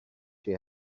she